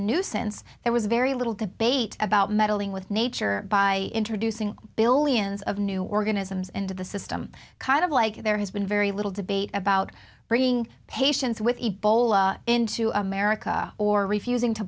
nuisance there was very little debate about meddling with nature by introducing billions of new organisms into the system kind of like there has been very little debate about bringing patients with ebola into america or refusing to